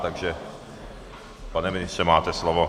Takže pane ministře, máte slovo.